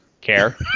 care